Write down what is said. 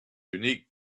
unique